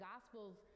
gospels